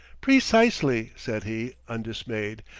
precisely, said he, undismayed.